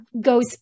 goes